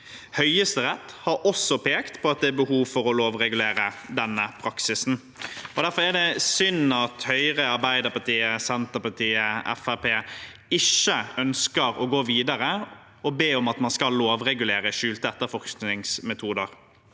Høyesterett har også pekt på at det er behov for å lovregulere denne praksisen. Derfor er det synd at Høyre, Arbeiderpartiet, Senterpar tiet og Fremskrittspartiet ikke ønsker å gå videre og be om at man skal lovregulere skjulte etterforskningsmetoder.